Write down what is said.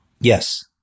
Yes